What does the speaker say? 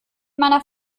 meiner